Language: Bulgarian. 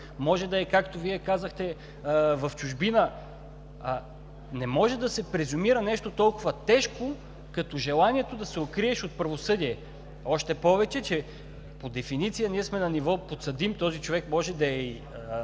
Може да е, както Вие казахте, в чужбина. Не може да се презумира нещо толкова тежко, като желанието да се укриеш от правосъдие, още повече че по дефиниция ние сме на ниво подсъдим – този човек може да е